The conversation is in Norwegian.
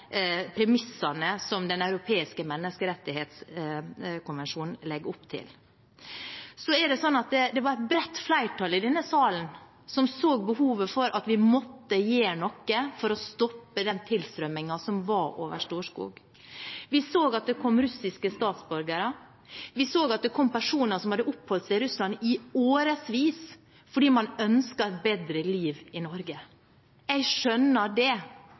premissene som Den europeiske menneskerettighetskonvensjonen legger opp til. Et bredt flertall i denne salen så behovet for at vi måtte gjøre noe for å stoppe den tilstrømmingen som var over Storskog. Vi så at det kom russiske statsborgere. Vi så at det kom personer som hadde oppholdt seg i Russland i årevis, fordi man ønsket et bedre liv i Norge. Jeg skjønner det,